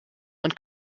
und